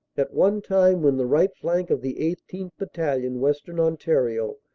at one time when the right flank of the eighteenth. battalion, western ontario,